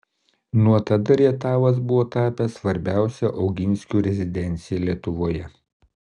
nuo tada rietavas buvo tapęs svarbiausia oginskių rezidencija lietuvoje